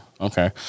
Okay